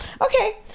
Okay